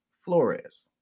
Flores